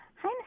Hi